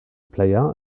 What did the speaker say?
player